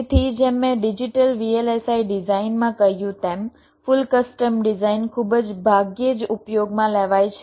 તેથી જેમ મેં ડિજિટલ VLSI ડિઝાઇનમાં કહ્યું તેમ ફુલ કસ્ટમ ડિઝાઇન ખૂબ જ ભાગ્યે જ ઉપયોગમાં લેવાય છે